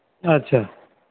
ᱟᱪᱪᱷᱟ